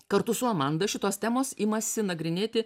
kartu su amanda šitos temos imasi nagrinėti